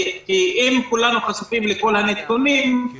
כי אם כולנו חשופים לכל הנתונים אני